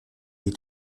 est